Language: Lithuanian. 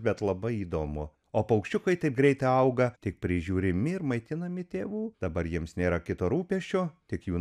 bet labai įdomu o paukščiukai taip greitai auga tik prižiūrimi ir maitinami tėvų dabar jiems nėra kito rūpesčio tik jų